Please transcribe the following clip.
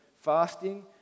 fasting